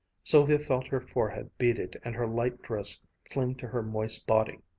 sylvia felt her forehead beaded and her light dress cling to her moist body.